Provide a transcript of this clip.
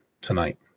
tonight